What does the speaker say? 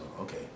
okay